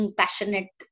passionate